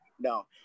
no